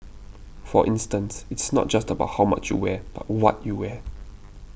for instance it's not just about how much you wear but what you wear